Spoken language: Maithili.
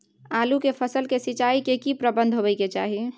आलू के फसल के सिंचाई के की प्रबंध होबय के चाही?